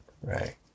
Right